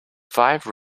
five